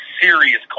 serious